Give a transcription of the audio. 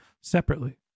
separately